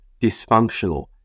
dysfunctional